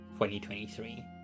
2023